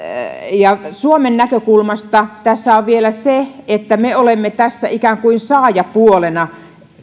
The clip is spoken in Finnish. suomen näkökulmasta tässä on vielä se että me olemme tässä ikään kuin saajapuolena